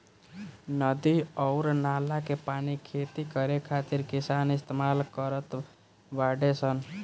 नदी अउर नाला के पानी खेती करे खातिर किसान इस्तमाल करत बाडे सन